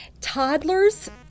toddlers